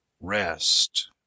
rest